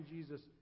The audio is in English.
Jesus